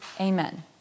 amen